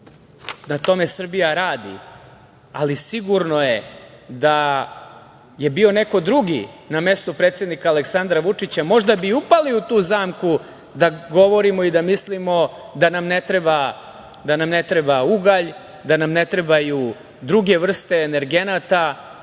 na tome Srbija radi, ali sigurno je da je bio neko drugi na mesto predsednika Aleksandra Vučića, možda bi upali u tu zamku da govorimo i da mislimo da nam ne treba ugalj, da nam ne trebaju druge vrste energenata.